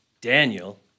Daniel